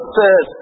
says